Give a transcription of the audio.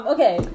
Okay